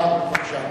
בבקשה.